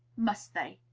must they?